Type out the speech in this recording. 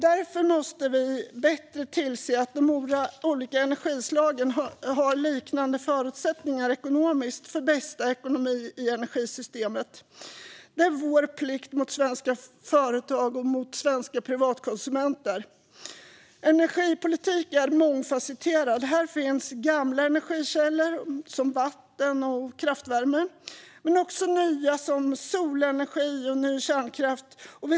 Vi måste bättre tillse att de olika energislagen har liknande förutsättningar ekonomiskt, för bästa ekonomi i energisystemet. Det är vår plikt mot svenska företag och privatkonsumenter. Energipolitiken är mångfasetterad. Här finns gamla energikällor, som vatten och kraftvärme, men också nya, som solenergi och ny kärnkraft.